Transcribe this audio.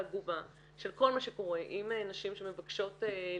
העגומה של כל מה שקורה עם נשים שמבקשות להיתרם,